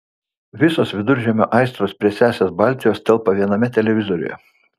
visos viduržemio aistros prie sesės baltijos telpa viename televizoriuje